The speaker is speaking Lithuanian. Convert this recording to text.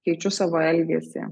keičiu savo elgesį